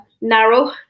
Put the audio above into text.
narrow